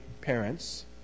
parents